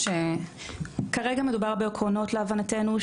כרגע מדובר בעקרונות להבנתנו,